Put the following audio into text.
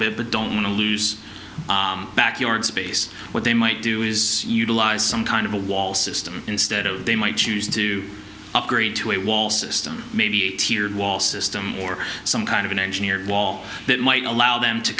bit but don't want to lose backyard space what they might do is utilize some kind of a wall system instead or they might choose to upgrade to a wall system maybe a tiered wall system or some kind of an engineering wall that might allow them to